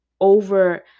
over